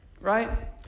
Right